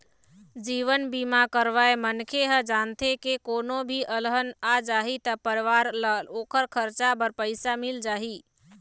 जीवन बीमा करवाए मनखे ह जानथे के कोनो भी अलहन आ जाही त परिवार ल ओखर खरचा बर पइसा मिल जाही